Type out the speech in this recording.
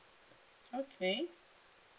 okay